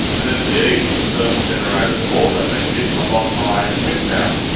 and then in the evening the thermal generators have also been hit a lot by wind power.